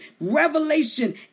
revelation